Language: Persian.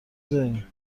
دارین